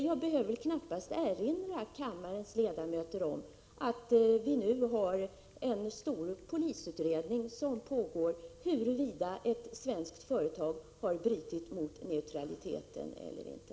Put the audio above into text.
Jag behöver knappast erinra kammarens ledamöter om att det nu pågår en stor polisutredning om huruvida ett svenskt företag vid exportaffärer har brutit mot neutralitetsbestämmelserna eller inte.